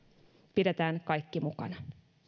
pidetään kaikki mukana